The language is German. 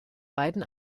beiden